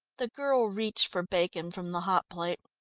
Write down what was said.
the girl reached for bacon from the hot plate.